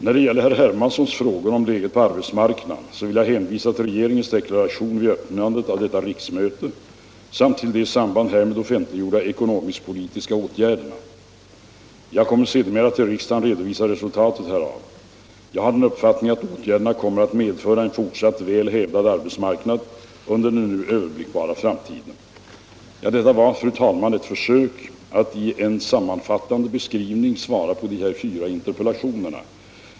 När det gäller herr Hermanssons frågor om läget på arbetsmarknaden vill jag hänvisa till regeringens deklaration vid öppnandet av detta riksmöte samt till de i samband härmed offentliggjorda ekonomisk-politiska åtgärderna. Jag kommer sedermera att till riksdagen redovisa resultatet härav. Jag har den uppfattningen att åtgärderna kommer att medföra en fortsatt väl hävdad arbetsmarknad under den nu överblickbara framtiden. Detta var, fru talman, ett försök att i en sammanfattande skrivning svara på dessa fyra interpellationer.